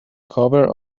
cover